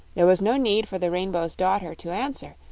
there was no need for the rainbow's daughter to answer,